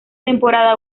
temporada